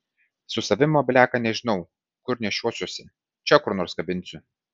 su savimi mobiliaką nežinau kur nešiosiuosi čia kur nors kabinsiu